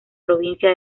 provincia